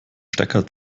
stecker